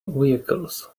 vehicles